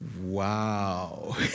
Wow